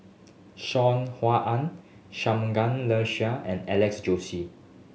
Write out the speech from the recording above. Saw Ean Ang Shangguan and Alex Josey